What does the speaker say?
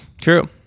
True